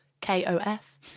K-O-F